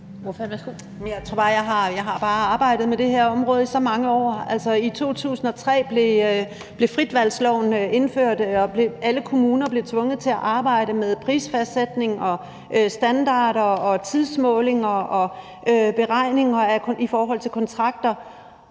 Jeg har bare arbejdet med det her område i så mange år, og altså, i 2003 blev fritvalgsloven indført, og alle kommuner blev tvunget til at arbejde med prisfastsættelse, standarder, tidsmålinger og beregninger i forhold til kontrakter,